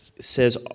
says